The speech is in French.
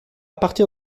partir